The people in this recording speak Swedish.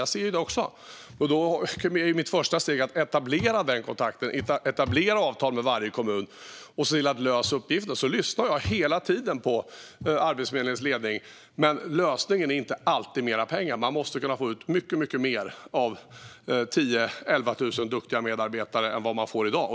Jag ser det, och mitt första steg är därför att etablera en kontakt och ett avtal med varje kommun om att lösa uppgiften. Jag lyssnar hela tiden på Arbetsförmedlingens ledning, men lösningen är inte alltid mer pengar. Man måste kunna få ut mer av drygt 10 000 duktiga medarbetare än vad man får i dag.